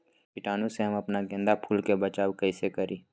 कीटाणु से हम अपना गेंदा फूल के बचाओ कई से करी?